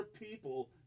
people